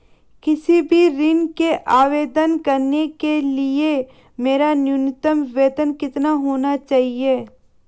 किसी भी ऋण के आवेदन करने के लिए मेरा न्यूनतम वेतन कितना होना चाहिए?